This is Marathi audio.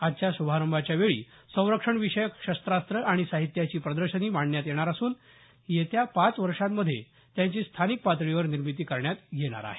आजच्या श्भारंभाच्या वेळी संरक्षणविषयक शास्रास्र आणि साहित्याची प्रदर्शनी मांडण्यात येणार असून येत्या पाच वर्षांमध्ये त्यांची स्थानिक पातळीवर निर्मिती करण्यात येणार आहे